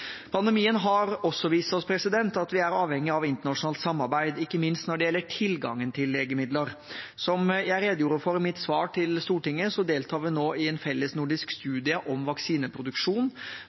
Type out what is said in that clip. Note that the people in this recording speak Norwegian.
Pandemien har også vist oss at vi er avhengige av internasjonalt samarbeid, ikke minst når det gjelder tilgangen til legemidler. Som jeg redegjorde for i mitt svar til Stortinget, deltar vi nå i en felles nordisk studie om vaksineproduksjon.